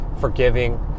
forgiving